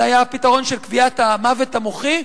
זה היה פתרון של קביעת המוות המוחי.